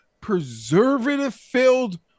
preservative-filled